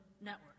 network